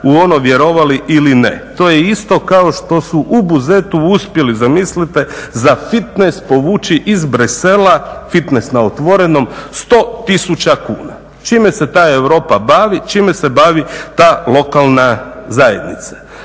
u ono vjerovali ili ne. To je isto kao što su u Buzetu uspjeli zamislite za fitnes povući iz Bruxellesa, fitnes na otvorenom 100 000 kuna. Čime se ta Europa bavi, čime se bavi ta lokalna zajednica?